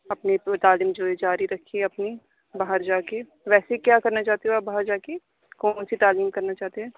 اپنے تعلیم جو ہے جاری رکھیے اپنی باہر جا کے ویسے کیا کرنا چاہتے ہو آپ باہر جا کے کون سی تعلیم کرنا چاہتے ہیں